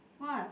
what